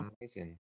Amazing